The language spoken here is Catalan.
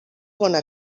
bona